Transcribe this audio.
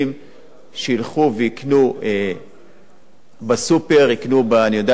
שילכו ויקנו בסופר, יקנו איפה שהם רוצים